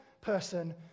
person